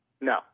No